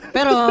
Pero